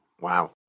Wow